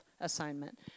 assignment